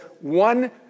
one